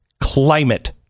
climate